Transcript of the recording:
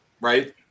Right